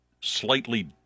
slightly